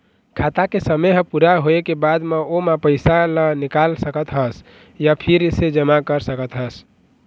खाता के समे ह पूरा होए के बाद म ओमा के पइसा ल निकाल सकत हस य फिर से जमा कर सकत हस